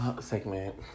segment